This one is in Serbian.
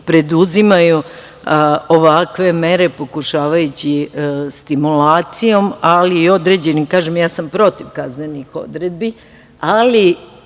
preduzimaju ovakve mere pokušavajući stimulacijom, ali i određenim… Kažem, ja sam protiv kaznenih odredbi, ali